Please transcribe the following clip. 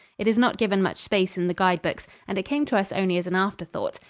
it is not given much space in the guide-books and it came to us only as an afterthought.